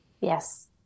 Yes